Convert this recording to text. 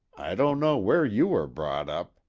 i don't know where you were brought up.